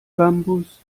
bambus